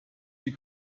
wie